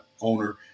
owner